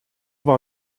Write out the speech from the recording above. war